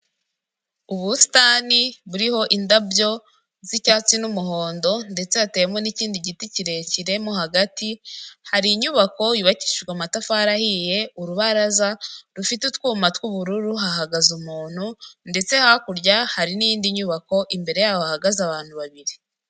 Ubusitani buriho indabyo z'icyatsi n'umuhondo ndetse hateyemo n'ikindi giti kirekire mo hagati, hari inyubako yubakishijwe amatafari ahiye, urubaraza rufite utwuma tw'ubururu, hahagaze umuntu ndetse hakurya hari n'indi nyubako imbere yaho hahagaze abantu babiri.